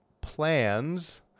plans